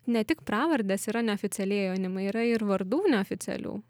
ne tik pravardės yra neoficialiai jaunimo yra ir vardų neoficialių